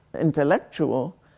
intellectual